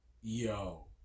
yo